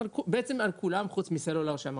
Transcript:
בעצם על כולם חוץ מסלולר.